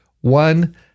one